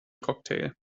cocktail